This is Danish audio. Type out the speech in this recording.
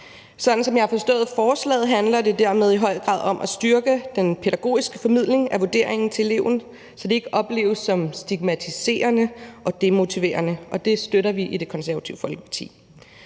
Sådan som jeg har forstået forslaget, handler det dermed i høj grad om at styrke den pædagogiske formidling af vurderingen til eleven, så det ikke opleves som stigmatiserende og demotiverende, og det støtter vi i Det Konservative Folkeparti.